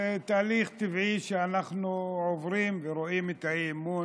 זה תהליך טבעי שאנחנו עוברים ורואים את האי-אמון.